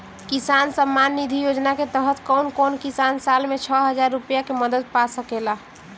किसान सम्मान निधि योजना के तहत कउन कउन किसान साल में छह हजार रूपया के मदद पा सकेला?